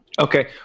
Okay